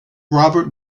robert